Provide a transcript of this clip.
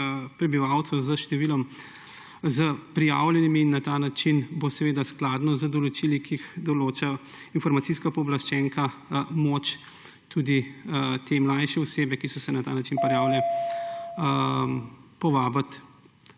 prebivalcev s prijavljenimi. Na ta način bo skladno z določili, ki jih določa informacijska pooblaščenka, moč tudi te mlajše osebe, ki so se na ta način prijavile, povabiti